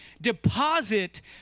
deposit